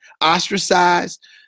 ostracized